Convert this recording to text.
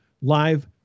live